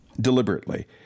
Deliberately